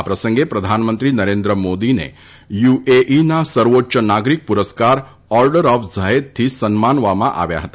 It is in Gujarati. આ પ્રસંગે પ્રધાનમંત્રી નરેન્દ્ર મોદીને યુએઇના સર્વોચ્ય નાગરીક પુરસ્કાર ઓર્ડર ઓફ ઝાયેદથી સન્માનવામાં આવ્યા હતા